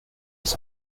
bis